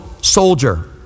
soldier